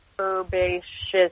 herbaceous